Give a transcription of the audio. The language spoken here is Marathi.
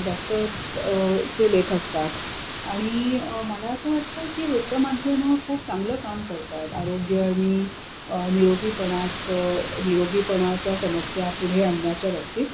डॉक्टर्स चे लेख असतात आणि मला असं वाटतं की वृत्तमाध्यमं खूप चांगलं काम करत आहेत आरोग्य आणि निरोगीपणाचं निरोगीपणाच्या समस्या पुढे आणण्याच्या बाबतीत